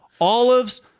olives